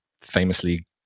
famously